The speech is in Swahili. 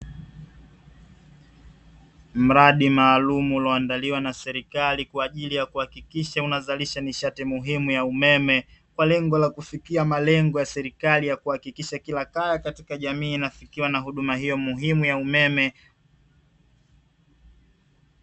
Mradi wa serikali ulioandaliwa kwa ajili ya kuhakikisha unazalisha nishati muhimu ya umeme, kwa lengo la kufikia malengo ya serikali ya kuhakikisha kila kaya katika jamii inafikiwa na huduma hiyo muhimu ya umeme.